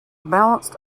balanced